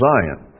Zion